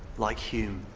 like hume,